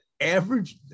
average